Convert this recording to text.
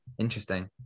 interesting